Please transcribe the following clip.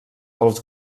els